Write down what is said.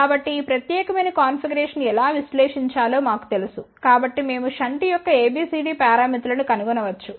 కాబట్టి ఈ ప్రత్యేకమైన కాన్ఫిగరేషన్ను ఎలా విశ్లేషించాలో మాకు తెలుసు కాబట్టి మేము షంట్ యొక్క ABCD పారామితులను కనుగొనవచ్చు